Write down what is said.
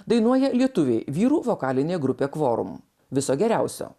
dainuoja lietuviai vyrų vokalinė grupė kvorum viso geriausio